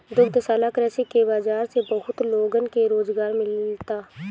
दुग्धशाला कृषि के बाजार से बहुत लोगन के रोजगार मिलता